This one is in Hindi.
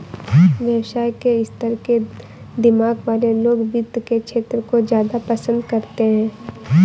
व्यवसाय के स्तर के दिमाग वाले लोग वित्त के क्षेत्र को ज्यादा पसन्द करते हैं